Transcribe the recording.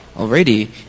Already